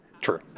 true